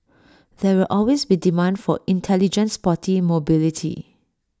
there will always be demand for intelligent sporty mobility